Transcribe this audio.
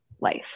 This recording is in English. life